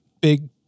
big